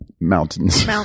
Mountains